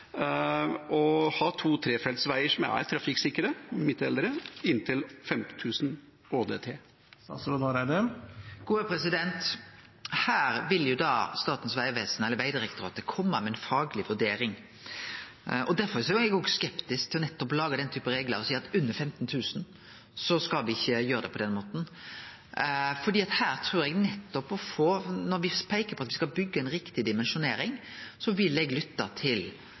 å ha to- og trefelts veier som er trafikksikre – med midtdelere – inntil 15 000 ÅDT? Her vil Statens vegvesen eller Vegdirektoratet kome med ei fagleg vurdering. Derfor er eg skeptisk til å lage den typen reglar og seie at under 15 000 ÅDT skal me ikkje gjere det på den måten. Når me peiker på at me skal byggje ei riktig dimensjonering, vil eg lytte til